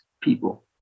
people